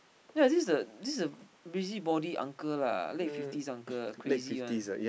yea this is the this is a busybody uncle lah late fifties uncle crazy [one]